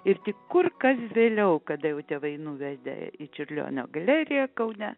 ir tik kur kas vėliau kada jau tėvai nuvedė į čiurlionio galeriją kaune